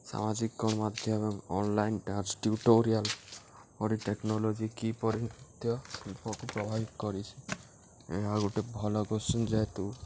ସାମାଜିକ୍ ମାଧ୍ୟମ୍ online dance tutorial ଓ technology କିପରିି ନୃତ୍ୟ ଶିଳ୍ପକୁ ପ୍ରଭାବିତ କରିଛି ଏହା ଗୋଟେ ଭଲ କୋଶ୍ଚିନ୍ ଯେହେତୁ